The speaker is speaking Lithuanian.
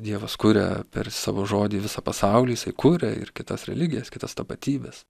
dievas kuria per savo žodį visą pasaulį jisai kuria ir kitas religijas kitas tapatybes